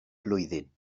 blwyddyn